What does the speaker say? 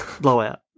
Blowout